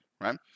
right